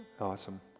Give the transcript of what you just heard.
Awesome